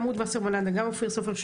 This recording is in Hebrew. גם רות וסרמן לנדה וגם אופיר סופר,